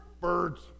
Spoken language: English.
Birds